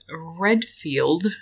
Redfield